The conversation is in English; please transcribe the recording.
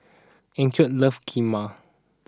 Enoch loves Kheema